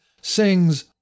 sings